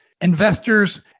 investors